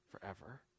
forever